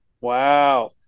Wow